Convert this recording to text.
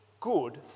good